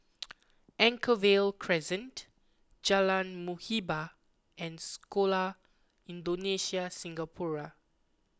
Anchorvale Crescent Jalan Muhibbah and Sekolah Indonesia Singapura